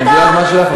זה הזמן שלך,